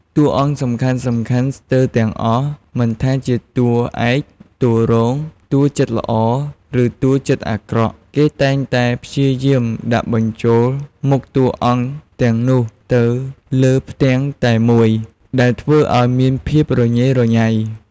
តួអង្គសំខាន់ៗស្ទើរទាំងអស់ មិនថាជាតួឯក តួរង តួចិត្តល្អ ឬតួចិត្តអាក្រក់ គេតែងតែព្យាយាមដាក់បញ្ចូលមុខតួអង្គទាំងនោះនៅលើផ្ទាំងតែមួយ ដែលធ្វើឲ្យមានភាពរញ៉េរញ៉ៃ។